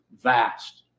vast